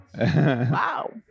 Wow